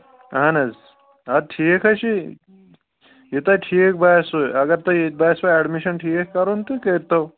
اَہَن حظ اَدٕ ٹھیٖک حظ چھُے یہِ تۄہہِ ٹھیٖک باسِوٕ اگر تۄہہِ ییٚتہِ باسِوٕ اٮ۪ڈمِشَن ٹھیٖک کَرُن تہٕ کٔرۍتو